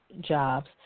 jobs